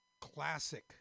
classic